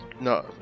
no